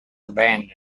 abandoned